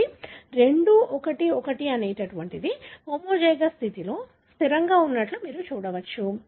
కాబట్టి 211 హోమోజైగస్ స్థితిలో స్థిరంగా ఉన్నట్లు మీరు చూడవచ్చు